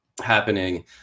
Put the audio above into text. happening